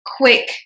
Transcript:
quick